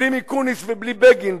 בלי מיקוניס ובלי בגין,